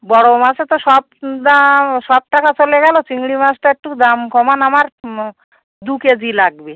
বড়ো মাছে তো সব দাম ও সব টাকা চলে গেল চিংড়ি মাছটা একটু দাম কমান আমার মো দু কেজি লাগবে